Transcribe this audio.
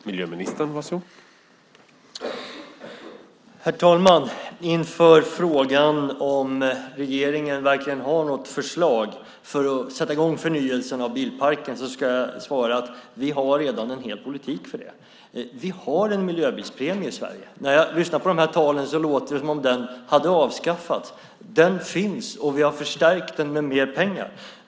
Herr talman! På frågan om regeringen verkligen har något förslag för att sätta i gång förnyelsen av bilparken ska jag svara att vi redan har en hel politik för det. Vi har en miljöbilspremie i Sverige. När jag lyssnar på de här talarna låter det som att den hade avskaffats. Den finns, och vi har förstärkt den med mer pengar.